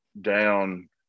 down